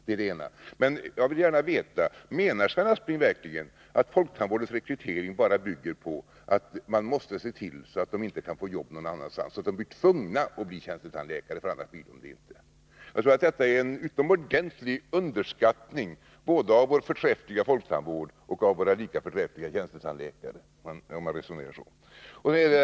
Jag skulle gärna vilja veta: Menar Sven Aspling verkligen att folktandvårdens rekrytering bara bygger på att man måste se till att tandläkarna inte kan få jobb någon annanstans, att de tvingas att bli tjänstetandläkare, för annars blir de det inte. Jag tror att detta är en utomordentlig underskattning både av vår förträffliga folktandvård och av våra lika förträffliga tjänstetandläkare om man resonerar på detta sätt.